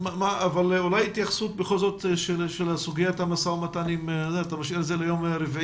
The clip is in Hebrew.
אולי התייחסות בכל זאת לסוגיית המשא ומתן עם האוצר לגבי השיפוי